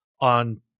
on